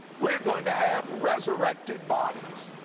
we're going to have resurrected bodies.